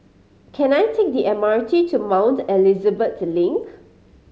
can I take the M R T to Mount Elizabeth Link